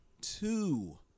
two